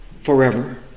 Forever